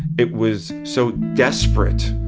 it was so desperate